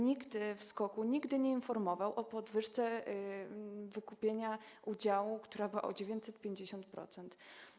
Nikt w SKOK-u nigdy nie informował o podwyżce wykupienia udziału, która wyniosła 950%.